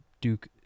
Duke